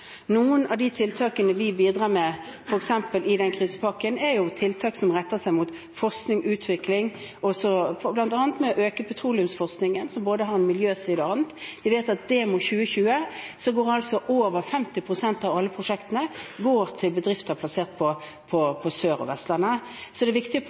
Noen av de tiltakene vi bidrar med, f.eks. i krisepakken, er tiltak som retter seg mot forskning og utvikling, bl.a. ved å øke petroleumsforskningen, som har både noen miljøsider og annet. Vi vet at i Demo2020 går over 50 pst. av alle prosjektene til bedrifter plassert på Sør- og Vestlandet, så det er viktig